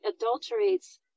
adulterates